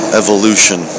evolution